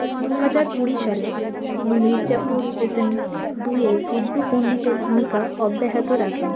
দু হাজার কুড়ি সালে তিনি মির্জাপুর সিজন টু এ গুড্ডু পণ্ডিতের ভূমিকা অব্যাহত রাখেন